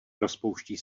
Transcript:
rozpouští